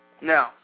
No